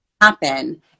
happen